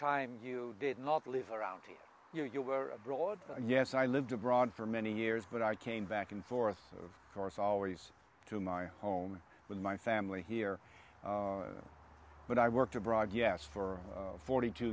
time you did not live around here you were abroad yes i lived abroad for many years but i came back and forth of course always tomorrow home with my family here but i worked abroad yes for forty two